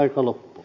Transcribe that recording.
kiitos